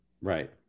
Right